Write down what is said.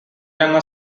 younger